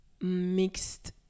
mixed